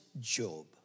Job